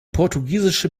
portugiesische